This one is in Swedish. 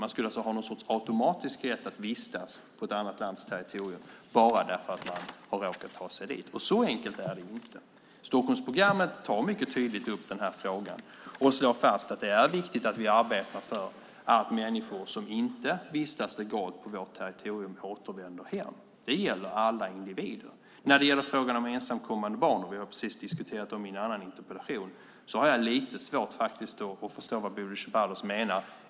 Man skulle alltså ha någon sorts automatisk rätt att vistas på ett annat lands territorium bara därför att man har råkat ta sig dit. Så enkelt är det inte. Stockholmprogrammet tar mycket tydligt upp den här frågan och slår fast att det är viktigt att vi arbetar för att människor som inte vistas legalt på vårt territorium återvänder hem. Det gäller alla individer. När det gäller ensamkommande barn, och det har vi precis diskuterat i en annan interpellation, har jag lite svårt att förstå vad Bodil Ceballos menar.